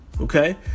okay